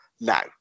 Now